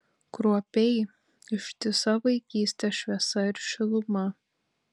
kruopiai ištisa vaikystės šviesa ir šiluma